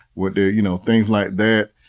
what they're, you know, things like that,